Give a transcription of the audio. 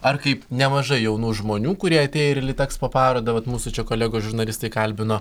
ar kaip nemažai jaunų žmonių kurie atėjo ir į litexpo parodą vat mūsų čia kolegos žurnalistai kalbino